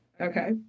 Okay